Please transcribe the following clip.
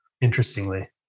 interestingly